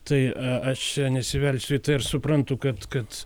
tai aš nesivelsiu į tai ir suprantu kad kad